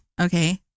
okay